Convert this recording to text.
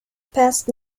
passed